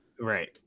Right